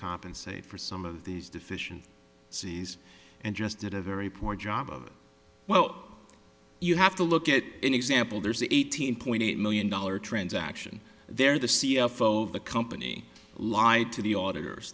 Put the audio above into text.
compensate for some of these deficient cities and just did a very poor job of well you have to look at an example there's eighteen point eight million dollar transaction there the c f o of the company lied to the auditors